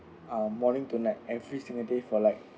uh morning to night every single day for like